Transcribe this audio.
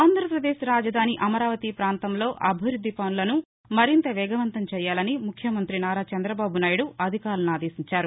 ఆంధ్రాపదేశ్ రాజధాని అమరావతి పాంతంలో అభివృద్ది పనులను మరింత వేగవంతం చేయాలని ముఖ్యమంతి నారా చంద్రబాబు నాయుడు అధికారులను ఆదేశించారు